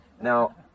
Now